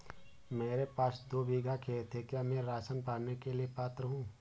मेरे पास दो बीघा खेत है क्या मैं राशन पाने के लिए पात्र हूँ?